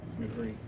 agree